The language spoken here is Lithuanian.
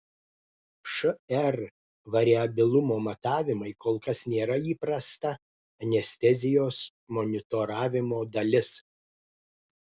šr variabilumo matavimai kol kas nėra įprasta anestezijos monitoravimo dalis